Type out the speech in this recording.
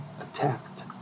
attacked